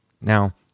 Now